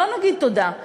לא נגיד תודה.